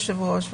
היושב-ראש,